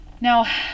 Now